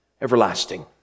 everlasting